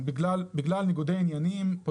אנחנו מבינים שיש בעיה,